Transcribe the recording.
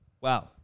Wow